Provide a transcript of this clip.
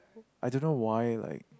I don't know why like